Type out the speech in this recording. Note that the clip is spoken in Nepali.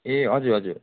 ए हजुर हजुर